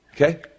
Okay